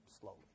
slowly